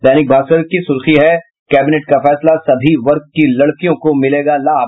दैनिक भास्कर की सुर्खी है कैबिनेट का फैसला सभी वर्ग की लड़कियों को मिलेगा लाभ